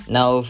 Now